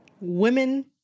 women